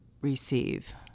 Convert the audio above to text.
receive